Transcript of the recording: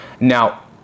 Now